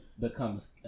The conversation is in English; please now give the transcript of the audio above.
becomes